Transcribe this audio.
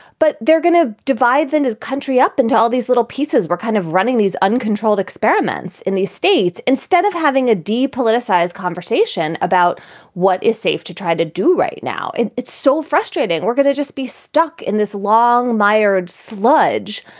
but they're going to divide the country up into all these little pieces. we're kind of running these uncontrolled experiments in these states instead of having a deep, politicized conversation about what is safe to try to do right now. it's so frustrating. we're going to just be stuck in this long mired sludge,